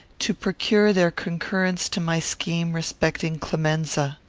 to procure their concurrence to my scheme respecting clemenza.